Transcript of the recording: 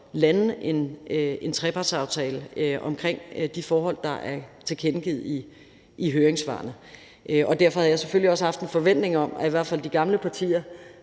lande en trepartsaftale omkring de forhold, der er tilkendegivet i høringssvarene. Derfor havde jeg selvfølgelig også haft en forventning om, at i hvert fald de gamle partier,